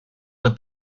d’un